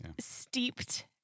steeped